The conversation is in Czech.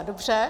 Dobře.